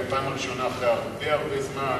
זאת פעם ראשונה אחרי הרבה הרבה זמן